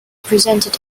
presented